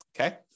okay